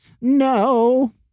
No